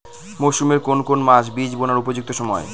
মরসুমের কোন কোন মাস বীজ বোনার উপযুক্ত সময়?